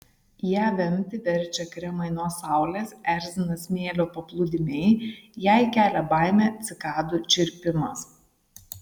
ją vemti verčia kremai nuo saulės erzina smėlio paplūdimiai jai kelia baimę cikadų čirpimas